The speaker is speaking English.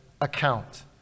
account